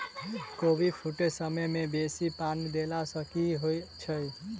कोबी फूटै समय मे बेसी पानि देला सऽ की होइ छै?